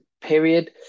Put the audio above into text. period